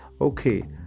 okay